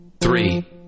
three